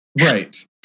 Right